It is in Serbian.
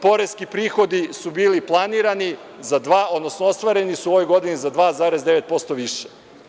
Poreski prihodi su bili planirani za dva, odnosno ostvareni su ove godine za 2,9% više.